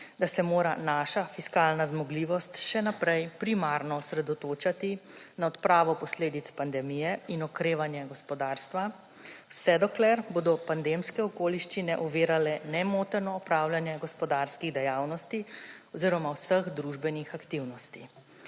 da se mora naša fiskalna zmogljivost še naprej primarno osredotočati na odpravo posledic pandemije in okrevanja gospodarstva, vse dokler bodo pandemske okoliščine ovirale nemoteno opravljanje gospodarskih dejavnosti oziroma vseh družbenih aktivnosti.